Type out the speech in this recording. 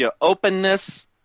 openness